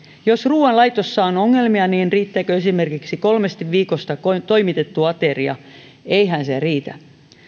jos ruoanlaitossa on ongelmia niin riittääkö esimerkiksi kolmesti viikossa toimitettu ateria eihän se riitä